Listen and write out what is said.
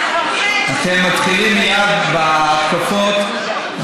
אתם מתחילים מייד בהתקפות,